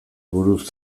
buruz